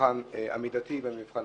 במבחן המקצועי.